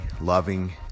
loving